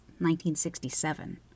1967